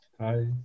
Hi